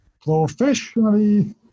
Professionally